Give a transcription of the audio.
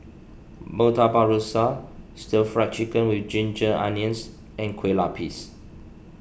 Murtabak Rusa Stir Fry Chicken with Ginger Onions and Kueh Lapis